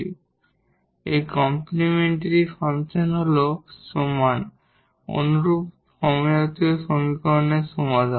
এবং এই কমপ্লিমেন্টরি ফাংশনটি হল সমান অনুরূপ হোমোজিনিয়াস সমীকরণের সমাধান